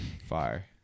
Fire